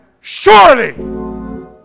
surely